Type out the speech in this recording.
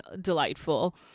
delightful